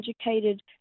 educated